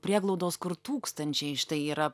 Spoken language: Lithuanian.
prieglaudos kur tūkstančiai štai yra